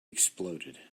exploded